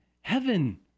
Heaven